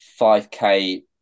5K